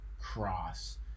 cross